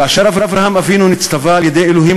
כאשר אברהם אבינו נצטווה על-ידי אלוהים